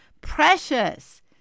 Precious